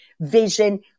vision